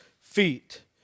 feet